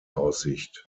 aussicht